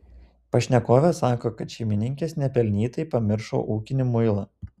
pašnekovė sako kad šeimininkės nepelnytai pamiršo ūkinį muilą